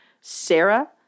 Sarah